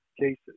cases